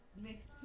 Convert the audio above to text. makes